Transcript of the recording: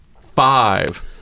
five